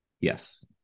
Yes